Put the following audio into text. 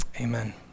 Amen